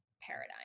paradigm